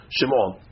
Shimon